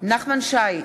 נחמן שי,